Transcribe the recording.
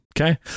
Okay